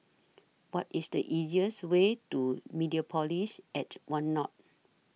What IS The easiest Way to Mediapolis At one North